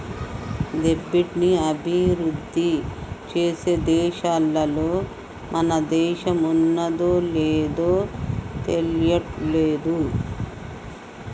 దెబ్ట్ ని అభిరుద్ధి చేసే దేశాలల్ల మన దేశం ఉన్నాదో లేదు తెలియట్లేదు